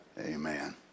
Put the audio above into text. Amen